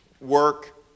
work